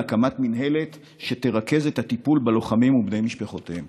הקמת מינהלת שתרכז את הטיפול בלוחמים ובבני משפחותיהם.